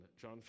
John